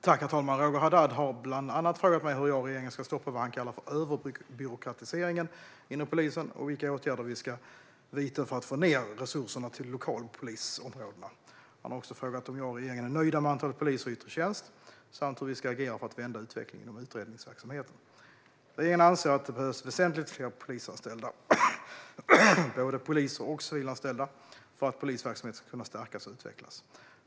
Herr talman! Roger Haddad har bland annat frågat mig hur jag och regeringen ska stoppa vad han kallar för överbyråkratiseringen inom polisen och vilka åtgärder vi ska vidta för att få ut resurserna till lokalpolisområdena. Han har också frågat om jag och regeringen är nöjda med antalet poliser i yttre tjänst samt hur vi ska agera för att vända utvecklingen inom utredningsverksamheten. Regeringen anser att det behövs väsentligt fler polisanställda, både poliser och civilanställda, för att polisverksamheten ska kunna stärkas och utvecklas.